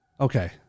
Okay